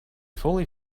fully